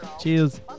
Cheers